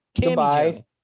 Goodbye